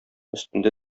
өстендә